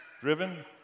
Driven